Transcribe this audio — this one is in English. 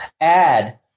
add